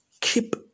Keep